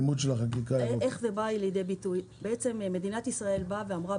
בתיקון לחקיקה למעשה מדינת ישראל אמרה